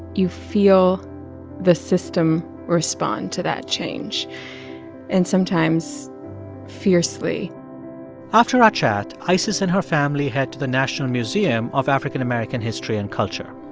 you feel the system respond to that change and sometimes fiercely after our chat, isis and her family head to the national museum of african american history and culture.